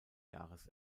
jahres